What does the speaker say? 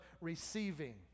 receiving